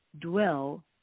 dwell